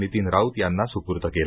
नितीन राऊत यांना सुपूर्व केला